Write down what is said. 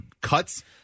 cuts